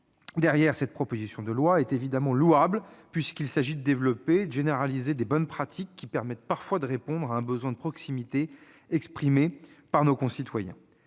derrière cette proposition de loi est évidemment louable, puisqu'il s'agit de développer et de généraliser de bonnes pratiques, qui permettent parfois de répondre à un besoin de proximité exprimé par nos concitoyens.